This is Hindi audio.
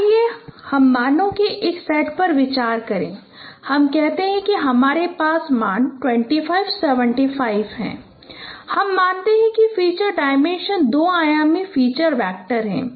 आइए हम मानों के एक सेट पर विचार करें हम कहते हैं कि हमारे पास मान 25 75 हैं हम मानते हैं कि फीचर डायमेंसन दो आयामी फीचर वेक्टर है